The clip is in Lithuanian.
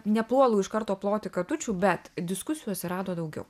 nepuolu iš karto ploti katučių bet diskusijų atsirado daugiau